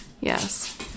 yes